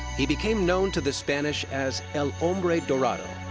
he became known to the spanish as el hombre dorado,